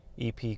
ep